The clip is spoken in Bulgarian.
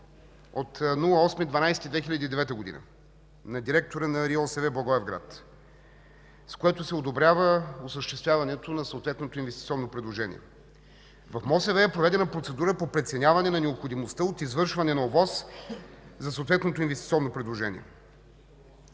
декември 2009 г. на директора на РИОСВ – Благоевград, с което се одобрява осъществяването на съответното инвестиционно предложение. В МОСВ е проведена процедура по преценяване на необходимостта от извършване на ОВОС за съответното инвестиционно предложение,